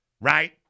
right